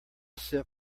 sip